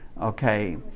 okay